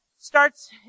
starts